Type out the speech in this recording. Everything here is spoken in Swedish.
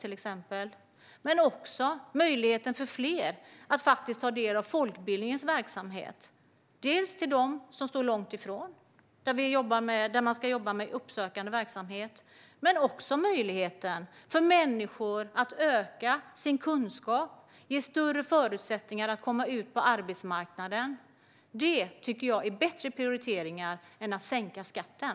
Det handlar om möjligheten för fler att ta del av folkbildningens verksamhet. Man ska jobba med uppsökande verksamhet när det gäller dem som står långt ifrån. Men det handlar också om möjligheten för människor att öka sin kunskap och få bättre förutsättningar att komma ut på arbetsmarknaden. Det tycker jag är bättre prioriteringar än att sänka skatten.